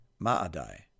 Maadai